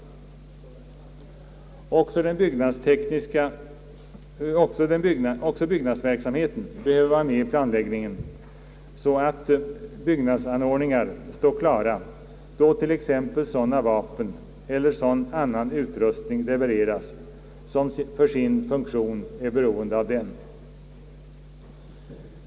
Också byggnadsverksamheten behöver vara med i planläggningen så att byggnadstekniska anordningar står klara, då t.ex. sådana vapen eller sådan annan utrustning levereras som för sin funktion är beroende av dem.